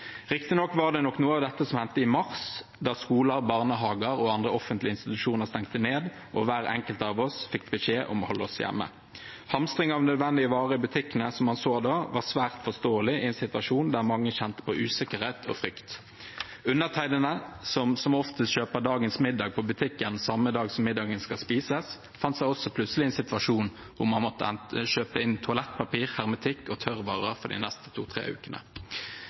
Riktignok var det nok noe av dette som hendte i mars, da skoler, barnehager og andre offentlige institusjoner stengte ned, og hver enkelt av oss fikk beskjed om å holde oss hjemme. Hamstring av nødvendige varer i butikkene, som man så da, var svært forståelig i en situasjon der mange kjente på usikkerhet og frykt. Undertegnede, som som oftest kjøper dagens middag på butikken samme dag som middagen skal spises, befant seg også plutselig i en situasjon hvor man kjøpte inn toalettpapir, hermetikk og tørrvarer for de neste to–tre ukene,